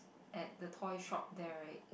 at the toy shop there right